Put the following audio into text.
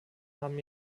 haben